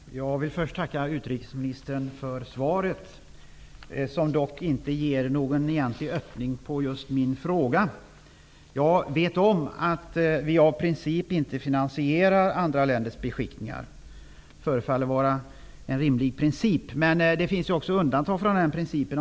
Herr talman! Jag vill först tacka utrikesministern för svaret, som dock inte ger någon egentlig öppning på just min fråga. Jag är medveten om att vi av princip inte finansierar andra länders beskickningar. Det förefaller vara en rimlig princip. Men det finns också undantag från den principen.